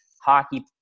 hockey